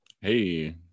Hey